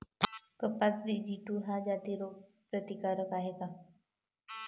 कपास BG two ह्या जाती रोग प्रतिकारक हाये का?